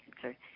sorry